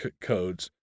codes